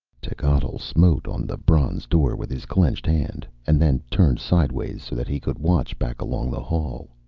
techotl smote on the bronze door with his clenched hand, and then turned sidewise, so that he could watch back along the hall.